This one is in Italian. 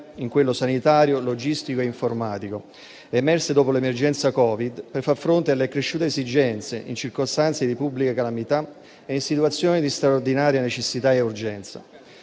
in ambito sanitario, logistico e informatico, emerse dopo l'emergenza Covid-19 per far fronte alle cresciute esigenze in circostanze di pubblica calamità e in situazioni di straordinaria necessità e urgenza.